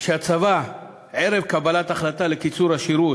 כשהצבא ערב קבלת החלטה על קיצור השירות,